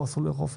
פה אסור לאכוף.